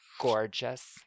gorgeous